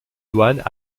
douanes